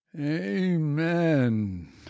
Amen